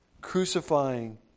Crucifying